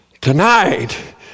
tonight